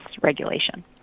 regulation